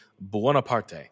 Buonaparte